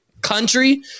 country